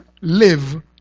live